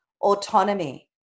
Autonomy